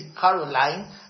Caroline